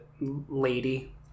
lady